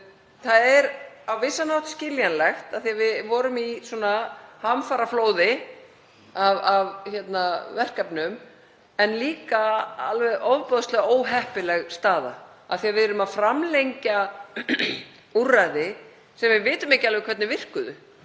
Það er á vissan hátt skiljanlegt af því að við vorum í svona hamfaraflóði af verkefnum en líka alveg ofboðslega óheppileg staða af því að við erum að framlengja úrræði sem við vitum ekki alveg hvernig virkuðu.